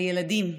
הילדים.